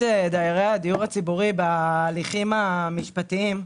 דיירי הדיור הציבורי בהליכים המשפטיים,